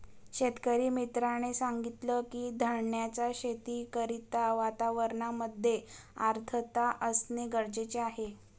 शेतकरी मित्राने सांगितलं की, धान्याच्या शेती करिता वातावरणामध्ये आर्द्रता असणे गरजेचे आहे